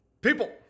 people